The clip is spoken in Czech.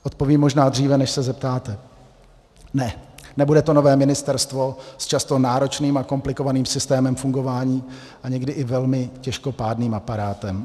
Odpovím možná dříve, než se zeptáte ne, nebude to nové ministerstvo s často náročným a komplikovaným systémem fungování a někdy i velmi těžkopádným aparátem.